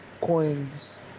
coins